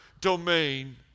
domain